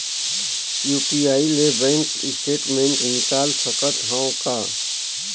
UPI ले bank statement निकाल सकत हवं का?